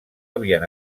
havien